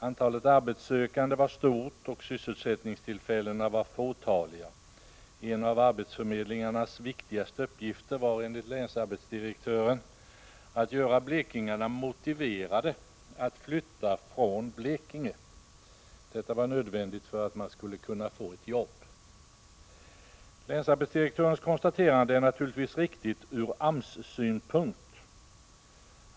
Antalet arbetssökande var stort, och sysselsättningstillfällena var fåtaliga. En av arbetsförmedlingarnas viktigaste uppgifter var enligt länsarbetsdirektören att göra blekingarna motiverade att flytta från Blekinge. Detta var nödvändigt för att de skulle få ett jobb. Länsarbetsdirektörens konstaterande är naturligtvis riktigt ur AMS synpunkt.